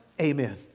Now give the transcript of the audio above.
amen